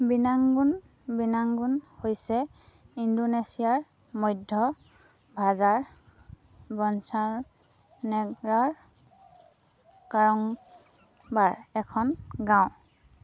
Binangun Binangun হৈছে ইণ্ডোনেছিয়াৰ মধ্য ভাজাৰ বঞ্জাৰনেগৰাৰ কাৰংক'বাৰৰ এখন গাঁও